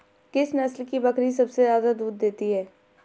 किस नस्ल की बकरी सबसे ज्यादा दूध देती है?